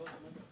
לכולם.